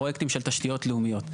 פרויקטים של תשתיות לאומיות.